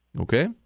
Okay